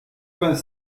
vingt